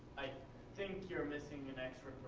i think you're missing an extra